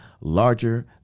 larger